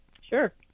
Sure